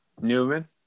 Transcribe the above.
Newman